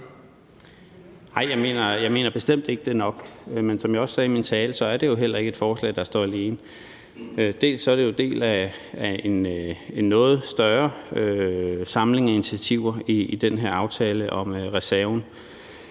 Nej, jeg mener bestemt ikke, det er nok. Men som jeg også sagde i min tale, er det jo heller ikke et forslag, der står alene. Dels er det jo en del af en noget større samling af initiativer i den her aftale om reserven